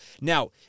Now